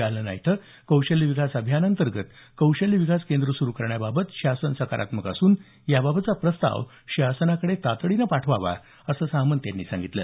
जालना इथं कौशल्य विकास अभियानांतर्गत कौशल्य विकास केंद्र सुरू करण्याबाबत शासन सकारात्मक असून याबाबतचा प्रस्ताव शासनाकडे तातडीनं पाठवावा असं सामंत यांनी सांगितलं